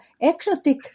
exotic